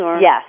Yes